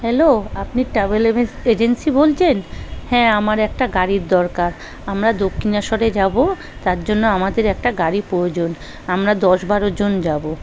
hello আপনি travel agency বলছেন হ্যাঁ আমার একটা গাড়ির দরকার আমরা দক্ষিণেশ্বরে যাব তার জন্য আমাদের একটা গাড়ির প্রয়োজন আমরা দশ বারো জন যাব